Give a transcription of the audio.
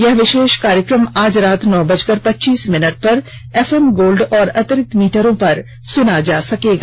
यह विशेष कार्यक्रम आज रात नौ बजकर पच्चीस मिनट पर एफएम गोल्ड और अतिरिक्त मीटरों पर सुना जा सकता है